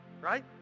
right